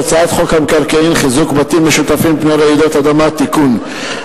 הצעת חוק המקרקעין (חיזוק בתים משותפים מפני רעידות אדמה) (תיקון),